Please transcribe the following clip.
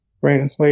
right